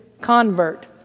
convert